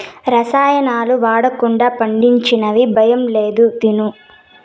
రసాయనాలు వాడకుండా పండించినవి భయం లేదు తిను